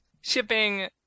shipping